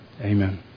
Amen